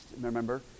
remember